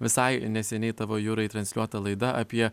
visai neseniai tavo jurai transliuota laida apie